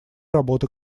работы